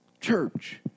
church